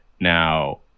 now